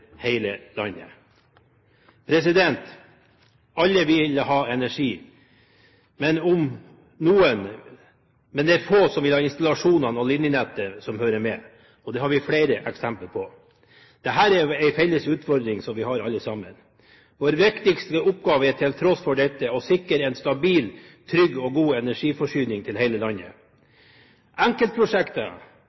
hele landet. Alle vil ha energi, men det er få som vil ha installasjonene og linjenettet som hører med. Det har vi flere eksempler på. Dette er en felles utfordring for oss alle sammen. Vår viktigste oppgave er å sikre en stabil, trygg og god energiforsyning til hele landet.